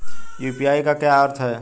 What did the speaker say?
UPI का क्या अर्थ है?